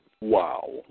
Wow